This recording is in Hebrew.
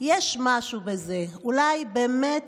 יש משהו בזה, אולי באמת